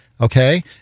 okay